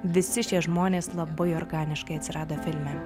visi šie žmonės labai organiškai atsirado filme